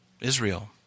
Israel